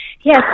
Yes